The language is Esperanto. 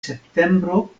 septembro